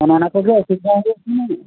ᱚᱱᱮ ᱚᱱᱟ ᱠᱚᱜᱮ ᱚᱥᱩᱵᱤᱫᱟ ᱦᱩᱭᱩᱜ ᱠᱟᱱᱟ